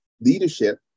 leadership